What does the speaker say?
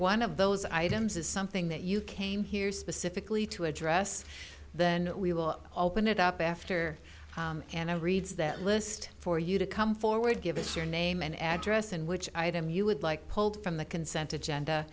one of those items is something that you came here specifically to address then we will get up after and i reads that list for you to come forward give us your name and address and which i them you would like pulled from the consented genda